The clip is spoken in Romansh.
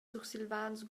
sursilvans